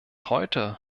heute